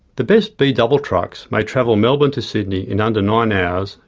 the best b-double trucks may travel melbourne to sydney in under nine hours,